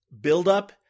buildup